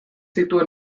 zituen